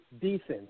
decent